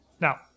Now